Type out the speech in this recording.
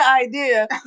idea